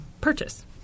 purchase